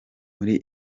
muri